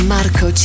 Marco